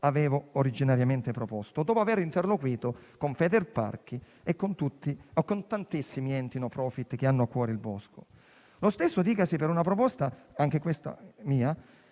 avevo originariamente proposto, dopo aver interloquito con Federparchi e con tantissimi enti *no profit* che hanno a cuore il bosco. Lo stesso dicasi per un'altra mia proposta che stabiliva